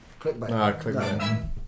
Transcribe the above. clickbait